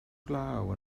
glaw